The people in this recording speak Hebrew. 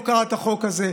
לא קרא את החוק הזה.